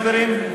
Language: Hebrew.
חברים?